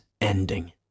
ending